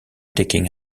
taking